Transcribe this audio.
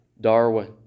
Darwin